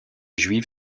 juive